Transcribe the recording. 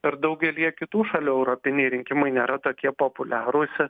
ir daugelyje kitų šalių europiniai rinkimai nėra tokie populiarūs